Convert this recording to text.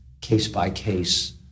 case-by-case